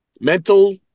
mental